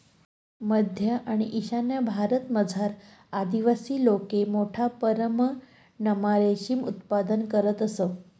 मध्य आणि ईशान्य भारतमझार आदिवासी लोके मोठा परमणमा रेशीम उत्पादन करतंस